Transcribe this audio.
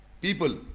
people